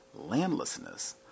landlessness